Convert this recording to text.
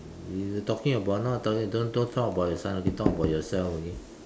you talking about not talking don't don't don't talk about your son okay talk about yourself okay